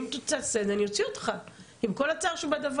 אם תעשה את זה, אני אוציא אותך, עם כל הצער שבדבר.